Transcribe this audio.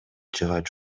жыгач